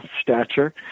stature